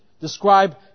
describe